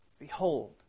Behold